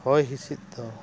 ᱦᱚᱭ ᱦᱤᱸᱥᱤᱫ ᱫᱚ